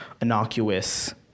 innocuous